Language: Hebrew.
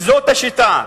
וזאת השיטה,